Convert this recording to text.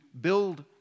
build